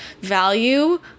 value